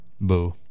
Boo